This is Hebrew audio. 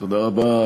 לדבר.